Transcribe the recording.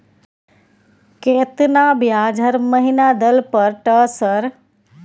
केतना ब्याज हर महीना दल पर ट सर?